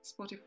Spotify